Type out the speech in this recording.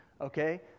Okay